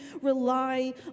rely